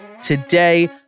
Today